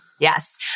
Yes